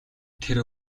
тэр